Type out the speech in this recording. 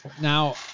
Now